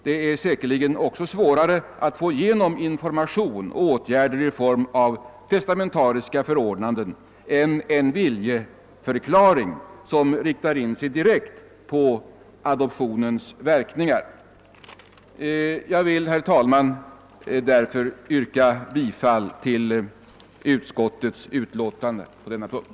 Det är säkerligen också svårare att få igenom åtgärder i form av testamentariska förordnanden än en viljeförklaring som riktar in sig direkt på adoptionens verkningar. Jag vill, herr talman, därför yrka bifall till utskottets hemställan på denna punkt.